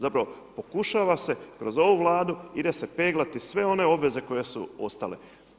Zapravo pokušava se kroz ovu Vladu ide se peglati sve one obveze koje su ostale.